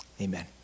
Amen